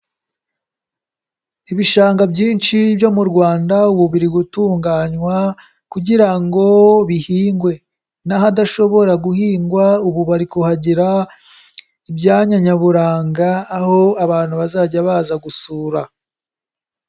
Ibishanga byinshi byo mu Rwanda, ubu biri gutunganywa kugira ngo bihingwe. n'ahadashobora guhingwa ubu bari kuhagira ibyanya nyaburanga, aho abantu bazajya baza gusura.